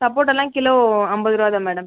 சப்போட்டாலாம் kilo ஐம்பது ரூபா தான் மேடம்